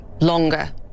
longer